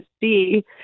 see